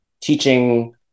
teaching